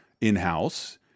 in-house